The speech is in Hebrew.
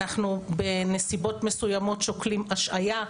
בנסיבות מסוימות אנחנו שוקלים השעיה,